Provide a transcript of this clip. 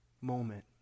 moment